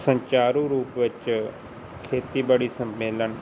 ਸੰਚਾਰੂ ਰੂਪ ਵਿੱਚ ਖੇਤੀਬਾੜੀ ਸੰਮੇਲਨ